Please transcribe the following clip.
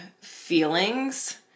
feelings